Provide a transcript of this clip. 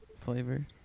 flavor